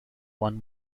won